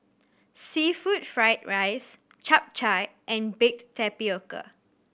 seafood fried rice Chap Chai and baked tapioca